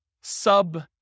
sub